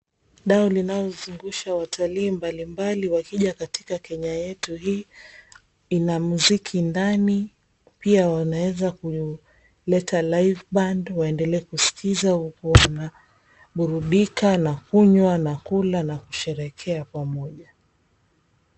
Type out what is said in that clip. Dau linalozungusha watalii mbalimbali wakija katika Kenya yetu hii. Ina muziki ndani. Pia wanaweza kuleta live band waendelee kuskiza huku wana burudika na kunywa na kula na kusherehekea pamoja.